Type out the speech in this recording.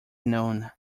known